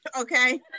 Okay